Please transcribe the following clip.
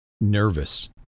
nervous